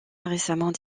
récemment